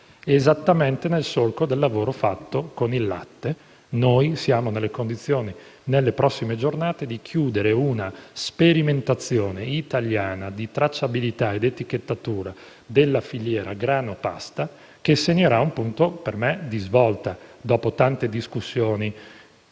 Esattamente nel solco del lavoro svolto con il latte, saremo nelle condizioni, nelle prossime giornate, di chiudere una sperimentazione italiana di tracciabilità ed etichettatura della filiera grano‑pasta che segnerà un punto, a mio giudizio, di svolta, dopo tante discussioni